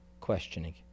questioning